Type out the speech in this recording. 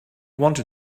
wanted